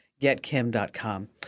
getkim.com